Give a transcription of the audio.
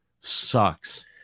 sucks